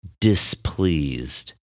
displeased